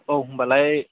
औ होमबालाय